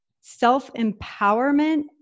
self-empowerment